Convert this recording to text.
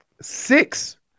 Six